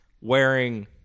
wearing